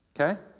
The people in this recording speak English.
okay